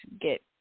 get